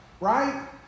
right